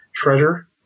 treasure